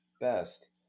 best